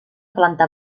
planta